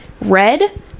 red